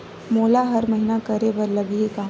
मोला हर महीना करे बर लगही का?